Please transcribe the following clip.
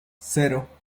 cero